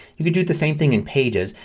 you can do the same thing in pages.